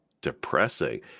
depressing